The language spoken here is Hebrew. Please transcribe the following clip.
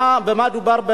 במה מדובר?